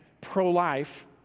pro-life